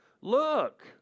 Look